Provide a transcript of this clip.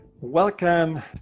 Welcome